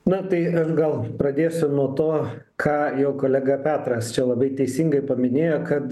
na tai gal pradėsiu nuo to ką jau kolega petras čia labai teisingai paminėjo kad